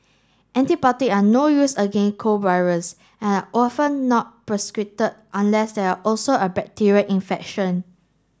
antibiotic are no use against cold virus and are often not prescribed unless there are also a bacterial infection